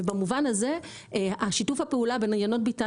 ובמובן הזה שיתוף הפעולה בין יינות ביתן